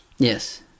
Yes